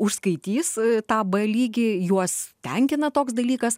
užskaitys tą b lygį juos tenkina toks dalykas